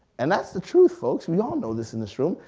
and that's the truth folks. we all know this in this room,